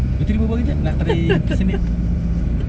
puteri nak buat buat kejap nak try kita senyap